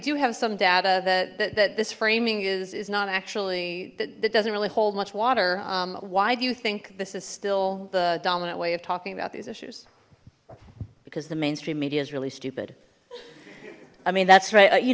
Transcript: do have some data that that this framing is is not actually that doesn't really hold much water why do you think this is still the dominant way of talking about these issues because the mainstream media is really stupid i mean that's right you